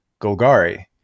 Golgari